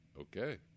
Okay